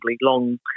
long